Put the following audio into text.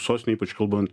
sostinėj ypač kalbant